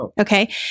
Okay